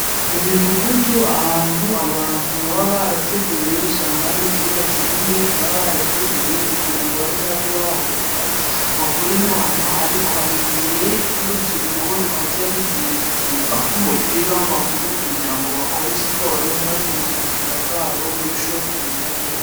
Mu midugudu ahantu abantu baba batuye usanga hari ikibuga kinini baba barateguye kugira ngo bazajye bahahurira bakore inama ariko hari igihe n'urubyiruko ruhajya rugiye gukina nk'umupira w'amaguru kugira ngo bakore siporo maze ubuzima bwabo burusheho kugenda neza.